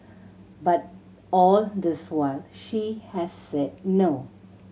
but all this while she has said no